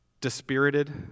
Dispirited